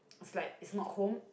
is like it's not home